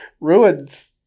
ruins